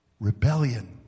rebellion